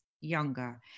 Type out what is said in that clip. younger